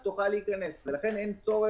הם אמורים להחזיק אותם, גם עובדים שם לפי משמרות.